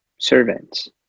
servants